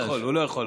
לא, הוא לא יכול.